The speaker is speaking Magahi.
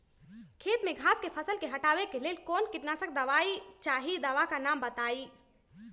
खेत में घास के फसल से हटावे के लेल कौन किटनाशक दवाई चाहि दवा का नाम बताआई?